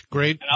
Great